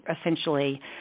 essentially